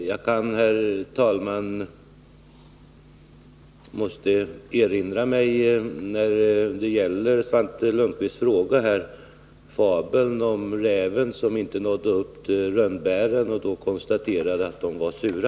Svante Lundkvists fråga, herr talman, påminner mig om fabeln om räven som inte nådde upp till rönnbären, och då konstaterade att de var sura.